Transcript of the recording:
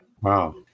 Wow